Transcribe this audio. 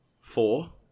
Four